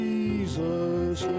Jesus